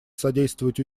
содействовать